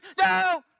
No